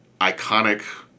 iconic